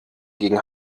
gegen